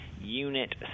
unit